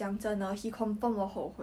was it jun jie I think jun jie